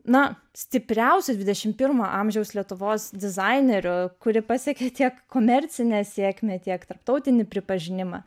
na stipriausių dvidešimt pirmo amžiaus lietuvos dizainerių kuri pasiekė tiek komercinę sėkmę tiek tarptautinį pripažinimą